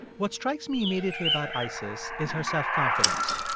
what strikes me immediately about isis is her self-confidence.